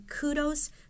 kudos